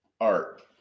art